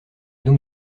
donc